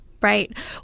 Right